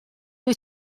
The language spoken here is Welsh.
wyt